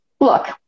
look